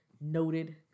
noted